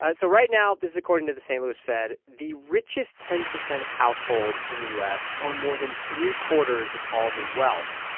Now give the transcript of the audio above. ah so right now this is according to the st. louis fed the richest ten percent of households in the u s. own more than three-quarters of all the wealth,